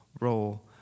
role